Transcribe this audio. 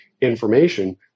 information